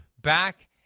back